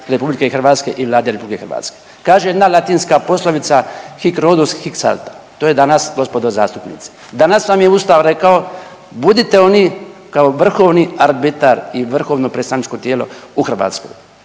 predsjednika RH i Vlade RH. Kaže jedna latinska poslovica, hic Rhodus, hic salta. To je danas, gospodo zastupnici. Danas vam je Ustav rekao, budite oni kao vrhovni arbitar i vrhovno predstavničko tijelo u Hrvatskoj.